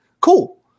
Cool